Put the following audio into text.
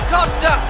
Costa